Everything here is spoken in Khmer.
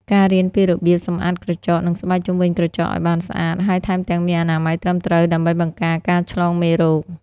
ការរៀនពីរបៀបសម្អាតក្រចក និងស្បែកជុំវិញក្រចកឱ្យបានស្អាត ហើយថែមទាំងមានអនាម័យត្រឹមត្រូវ ដើម្បីបង្ការការឆ្លងមេរោគ។